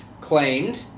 claimed